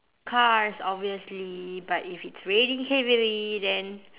cars obviously but if it's raining heavily then